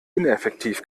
ineffektiv